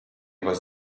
was